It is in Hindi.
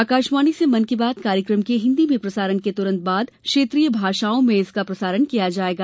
आकाशवाणी से मन की बात कार्यक्रम के हिन्दी में प्रसारण के तुरन्त बाद क्षेत्रीय भाषाओं में इसका प्रसारण किया जायेगा